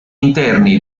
interni